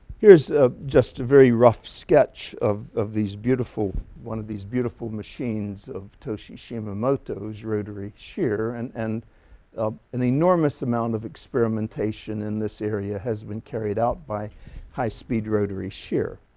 here's just a very rough sketch of of these beautiful one of these beautiful machines of toshi shimamoto, whose rotary shear and and ah an enormous amount of experimentation in this area has been carried out by high-speed rotary shear.